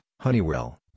Honeywell